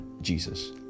Jesus